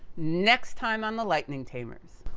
next time on the lightning tamers.